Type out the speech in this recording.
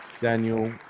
Daniel